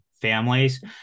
families